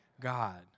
God